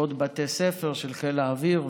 עוד בתי ספר של חיל האוויר,